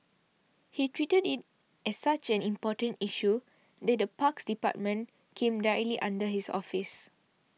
he treated it as such an important issue that the parks department came directly under his office